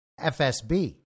FSB